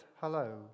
hello